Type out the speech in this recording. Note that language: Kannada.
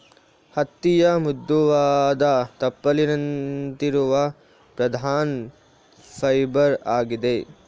ಹತ್ತಿಯ ಮೃದುವಾದ ತುಪ್ಪಳಿನಂತಿರುವ ಪ್ರಧಾನ ಫೈಬರ್ ಆಗಿದೆ